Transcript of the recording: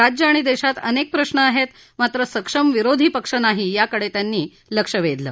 राज्य आणि देशात अनेक प्रश्न आहेत मात्र सक्षम विरोधीपक्ष नाही याकडे त्यांनी लक्ष वेधलं